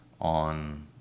on